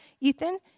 Ethan